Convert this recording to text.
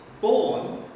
Born